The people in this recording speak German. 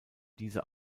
diese